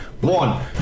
one